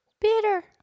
Bitter